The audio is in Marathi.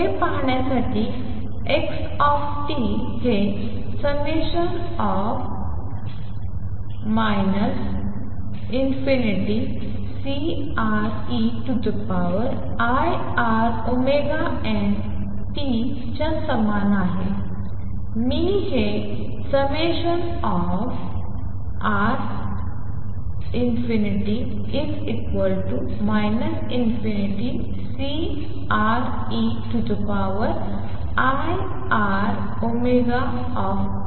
हे पाहण्यासाठी X हे τ ∞Ceiτωtच्या समान आहे मी हे τ ∞CeiτωtC τe iτωt